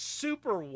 super